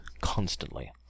constantly